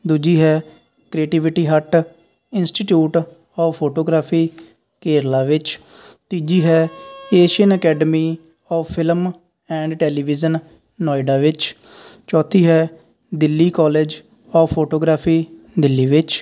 ਦੂਜੀ ਹੈ Creativity Hut Institute of Photography Kerala ਵਿੱਚ ਤੀਜੀ ਹੈ Asian Academy of Film and Television Noida ਵਿੱਚ ਚੌਥੀ ਹੈ Delhi College of Photography Delhi ਵਿੱਚ